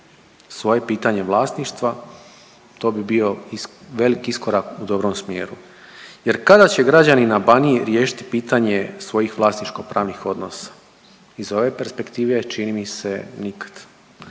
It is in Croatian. svoje pitanje vlasništva to bi bio velik iskorak u dobrom smjeru. Jer kada će građani na Baniji riješiti pitanje svojih vlasničko-pravnih odnosa. Iz ove perspektive čini mi se nikad.